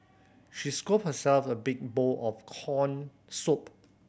she scooped herself a big bowl of corn soup